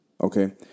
Okay